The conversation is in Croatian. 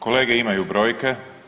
Kolege imaju brojke.